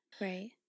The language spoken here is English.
Right